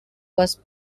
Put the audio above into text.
was